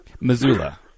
Missoula